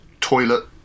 toilet